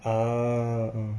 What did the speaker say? ah